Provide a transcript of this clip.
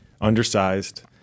undersized